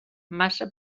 massa